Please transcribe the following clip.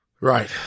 Right